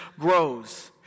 grows